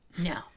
No